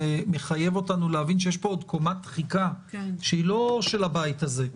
זה מחייב אותנו להבין שיש פה עוד קומת תחיקה שהיא לא של הבית הזה,